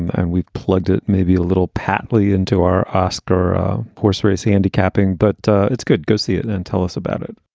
and we've plugged it maybe a little partly into our oscar horse race handicapping. but it's good. go see it and and tell us about it.